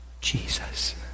Jesus